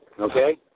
okay